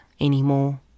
anymore